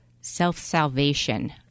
self-salvation